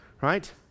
right